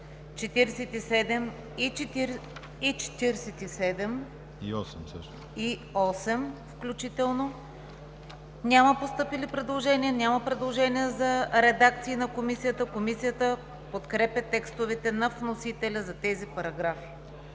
30 и 31 включително няма постъпили предложения, няма предложения за редакция на Комисията. Комисията подкрепя текстовете на вносителя по тези параграфи.